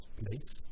place